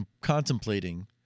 contemplating